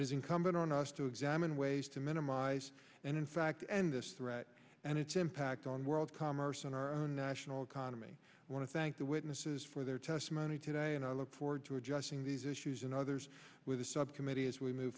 incumbent on us to examine ways to minimize and in fact and this threat and its impact on world commerce and our own national economy want to thank the witnesses for their testimony today and i look forward to adjusting these issues and others with a subcommittee as we move